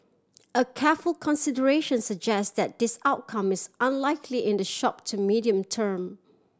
a careful consideration suggests that this outcome is unlikely in the short to medium term